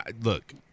Look